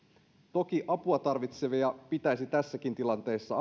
toki apua tarvitsevia pitäisi tässäkin tilanteessa